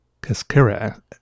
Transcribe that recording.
cascara